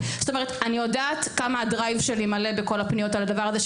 אני יודעת כמה המייל שלי מלא בכל הפניות על הדבר הזה,